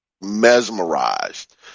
mesmerized